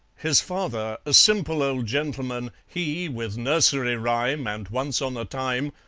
his father, a simple old gentleman, he with nursery rhyme and once on a time,